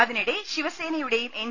അതിനിടെ ശിവസേനയുടെയും എൻ